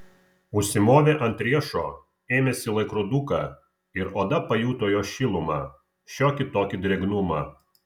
užsimovė ant riešo ėmėsi laikroduką ir oda pajuto jo šilumą šiokį tokį drėgnumą